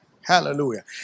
Hallelujah